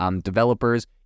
developers